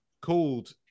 called